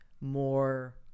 more